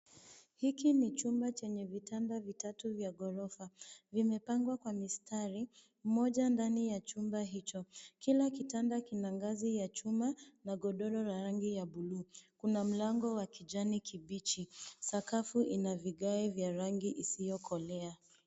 Hiki ni chumba chenye vitanda vitatu vya ghorofa. Vimepangwa kwa mistari moja ndani ya chumba hicho. Kila kitanda kina ngazi ya chuma na godoro ya rangi ya buluu. Kuna mlango wa kijani kibichi. Sakafu ina vigae vya rangi isiyokolea.